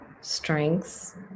strengths